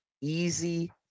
easy